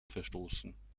verstoßen